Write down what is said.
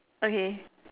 okay